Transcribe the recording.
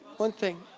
one thing.